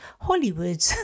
Hollywood